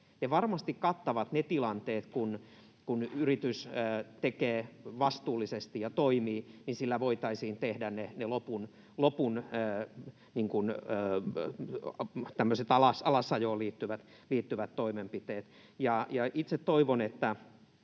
Ne varmasti kattavat ne tilanteet, kun yritys tekee ja toimii vastuullisesti, silloin niillä voitaisiin tehdä tämmöiset lopun alasajoon liittyvät toimenpiteet. Itse toivon, että